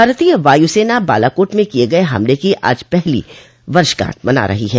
भारतीय वायुसेना बालाकोट में किए गए हमले की आज पहली वर्षगांठ मना रही है